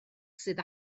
sydd